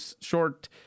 short